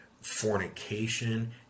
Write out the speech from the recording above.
fornication